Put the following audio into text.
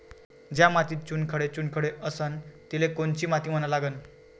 ज्या मातीत चुनखडे चुनखडे असन तिले कोनची माती म्हना लागन?